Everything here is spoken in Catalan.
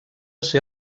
ser